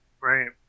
Right